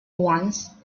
once